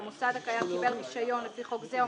והמוסד הקיים קיבל רישיון לפי חוק זה או